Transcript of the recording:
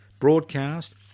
Broadcast